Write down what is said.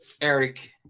Eric